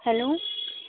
hello